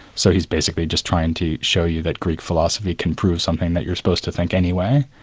so he's basically just trying to show you that greek philosophy can prove something that you're supposed to think anyway,